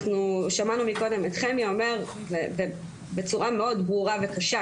אנחנו שמענו מקודם את חמי אומר בצורה מאוד ברורה וקשה